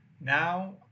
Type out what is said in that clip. Now